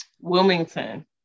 Wilmington